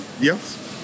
Yes